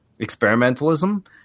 experimentalism